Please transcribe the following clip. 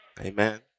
Amen